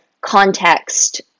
context